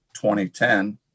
2010